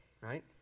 right